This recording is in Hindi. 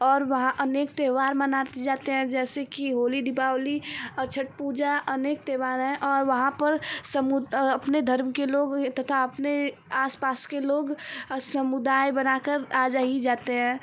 और वहाँ अनेक त्योहार मनात जाते हैं जैसे कि होली दीपावली और छठ पूजा अनेक त्योहार है और वहाँ पर समु अपने धर्म के लोग तथा अपने आस पास के लोग समुदाय बना कर आ जही जाते हैं